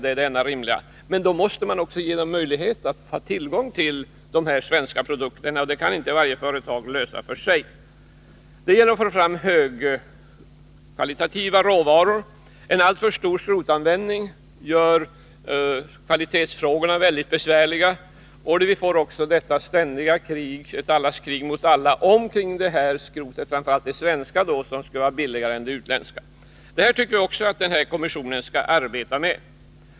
Det är det enda rimliga, men då måste man också trygga tillgången till dessa svenska produkter — en fråga som inte kan lösas av varje företag för sig. Det gäller att få fram högkvalitativa råvaror. En alltför stor skrotanvändning gör att kvalitetsfrågorna blir besvärliga. Vi får också ett allas krig mot alla om skrotet, framför allt då det svenska som skulle vara billigare än det utländska. Det här tycker vi också att kommissionen skall arbeta med.